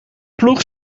ploeg